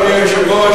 אדוני היושב-ראש,